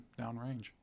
downrange